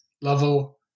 level